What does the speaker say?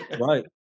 Right